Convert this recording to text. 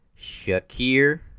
Shakir